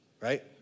right